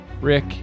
Rick